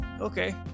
okay